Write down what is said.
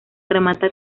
remata